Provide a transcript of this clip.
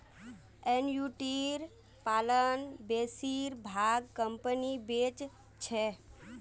एनयूटीर प्लान बेसिर भाग कंपनी बेच छेक